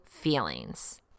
Feelings